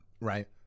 Right